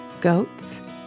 goats